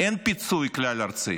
אין פיצוי כלל ארצי.